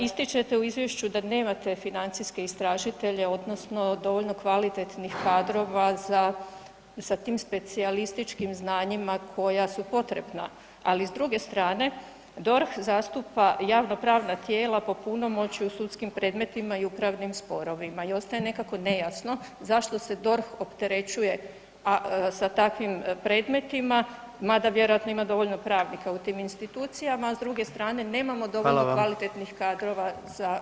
Ističete u izvješću da nemate financijske istražitelje odnosno dovoljno kvalitetnih kadrova za, za tim specijalističkim znanjima koja su potrebna, ali s druge strane DORH zastupa javnopravna tijela po punomoći u sudskim predmetima i u pravnim sporovima i ostaje nekako nejasno zašto se DORH opterećuje sa takvim predmetima mada vjerojatno ima dovoljno pravnika u tim institucijama, a s druge strane nemamo dovoljno [[Upadica: Hvala vam]] kvalitetnih kadrova za